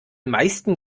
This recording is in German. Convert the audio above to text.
meisten